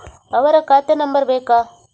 ಅವರ ಖಾತೆ ನಂಬರ್ ಬೇಕಾ?